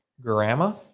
grandma